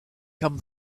come